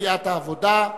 סיעת העבודה.